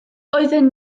oedden